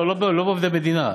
לא בקרב עובדי מדינה,